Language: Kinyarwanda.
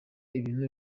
ibintu